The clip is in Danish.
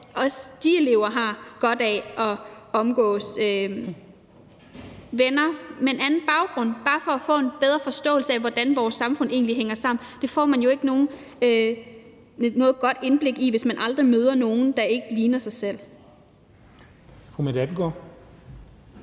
også de elever har godt af at omgås venner med en anden baggrund bare for at få en bedre forståelse af, hvordan vores samfund egentlig hænger sammen. Det får man jo ikke noget godt indblik i, hvis man aldrig møder nogen, der ikke ligner en selv. Kl. 11:33 Den fg.